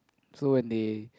so when they